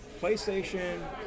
PlayStation